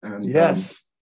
Yes